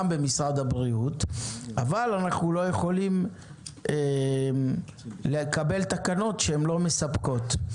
במשרד הבריאות אבל איננו יכולים לקבל תקנות שאינן מספקות.